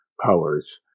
powers